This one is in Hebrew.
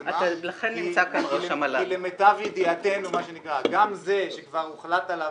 התקדמה כי למיטב ידיעתנו גם זה שכבר הוחלט עליו